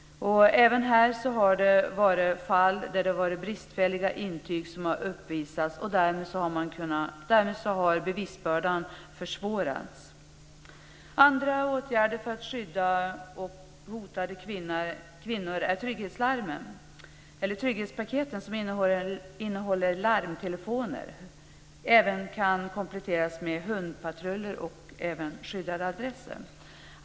Även här har det varit fall där bristfälliga intyg har uppvisats, och därmed har bevisbördan försvårats. Andra åtgärder för att skydda hotade kvinnor är trygghetspaketen, som innehåller larmtelefoner och även kan kompletteras med hundpatruller och skyddade adresser.